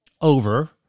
over